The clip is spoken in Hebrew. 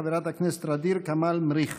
חברת הכנסת ע'דיר כמאל מריח.